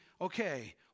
okay